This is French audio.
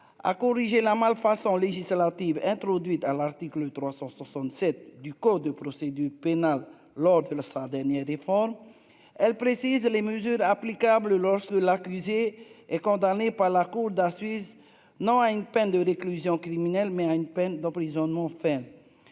à corriger la malfaçon législative introduite dans l'article 367 du code de procédure pénale lors de la fin, dernier d'efforts, elle précise les mesures applicables lors de l'accusé et condamné par la cour d'assises, non à une peine de réclusion criminelle, mais à une peine d'emprisonnement ferme